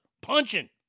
punching